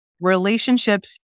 Relationships